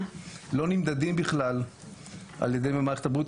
בכלל לא נמדדים על ידינו במערכת הבריאות,